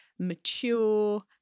mature